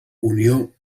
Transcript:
unió